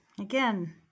Again